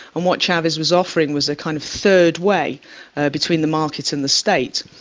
and what chavez was offering was a kind of third way between the market and the state.